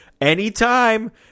anytime